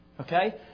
Okay